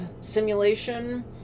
simulation